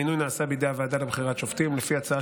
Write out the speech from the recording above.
המינוי נעשה בידי הוועדה לבחירת שופטים לפי הצעה